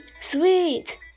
sweet